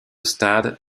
stade